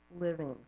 living